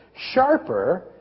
sharper